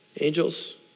angels